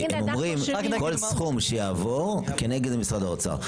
הוא אומר כל סכום שיעבור כנגד משרד האוצר.